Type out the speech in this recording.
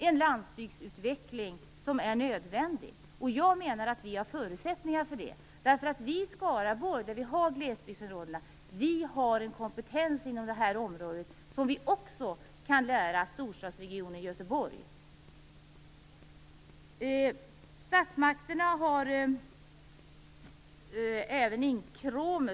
En landsbygdsutveckling är nödvändig, och jag menar att vi har förutsättningar för det. Vi i Skaraborg, där vi har glesbygdsområdena, har en kompetens inom det området som vi också kan lära storstadsregionen Göteborg. Statsmakterna har hand om inkråmet.